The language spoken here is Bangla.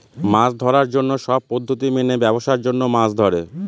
মাছ ধরার জন্য সব পদ্ধতি মেনে ব্যাবসার জন্য মাছ ধরে